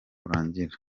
urangira